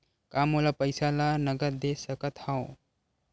का मोला पईसा ला नगद दे सकत हव?